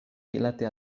rilate